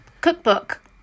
cookbook